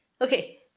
Okay